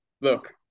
look